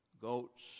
goats